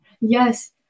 Yes